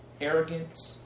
arrogance